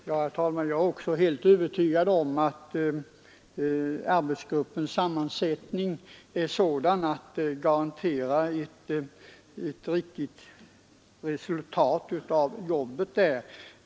Herr talman! Jag är också helt övertygad om att arbetsgruppens sammansättning är sådan att den garanterar ett riktigt resultat av undersökningarna.